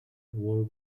wore